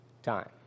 time